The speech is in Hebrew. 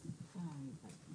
להיי-טק.